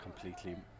completely